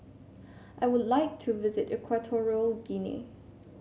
I would like to visit Equatorial Guinea